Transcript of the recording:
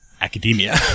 academia